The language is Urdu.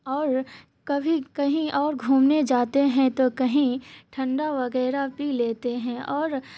اور کبھی کہیں اور گھومنے جاتے ہیں تو کہیں ٹھنڈا وغیرہ بھی لیتے ہیں اور